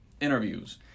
interviews